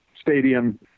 stadium